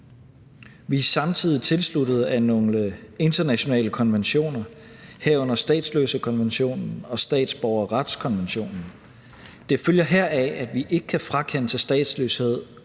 Vi er samtidig tilsluttet nogle internationale konventioner, herunder statsløsekonventionen og statsborgerretskonventionen. Det følger heraf, at vi ikke kan frakende til statsløshed,